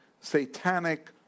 satanic